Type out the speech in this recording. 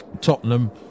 Tottenham